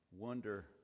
wonder